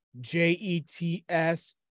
J-E-T-S